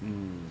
mm